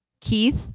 Keith